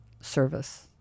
service